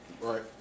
Right